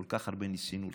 כל כך הרבה ניסינו לחבק,